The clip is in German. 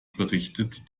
berichtet